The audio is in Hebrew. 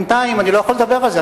בינתיים אני לא יכול לדבר על זה,